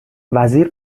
وزیر